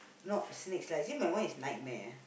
not snakes lah actually my one is nightmare ah